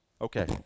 Okay